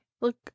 Look